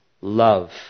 love